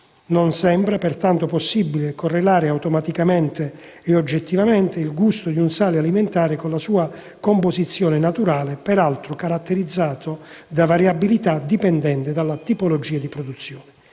Non sembra, pertanto, possibile correlare automaticamente e oggettivamente il gusto di un sale alimentare con la sua composizione naturale, peraltro caratterizzata da variabilità dipendente dalla tipologia di produzione.